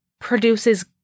produces